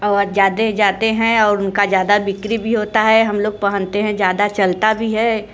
अब ज़्यादा जाते हैं और उनका ज़्यादा बिक्री भी होता है हम लोग पहनते हैं ज़्यादा चलता भी है